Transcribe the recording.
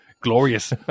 Glorious